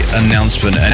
announcement